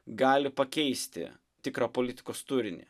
gali pakeisti tikrą politikos turinį